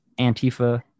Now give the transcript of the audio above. Antifa